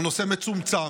הוא נושא מצומצם,